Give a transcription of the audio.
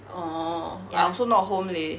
orh I also not home leh